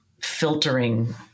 filtering